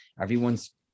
Everyone's